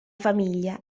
famiglia